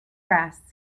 grass